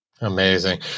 Amazing